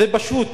זה פשוט.